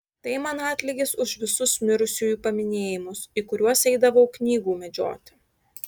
tai man atlygis už visus mirusiųjų paminėjimus į kuriuos eidavau knygų medžioti